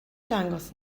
dangos